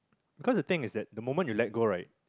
because the thing is that the moment you let go right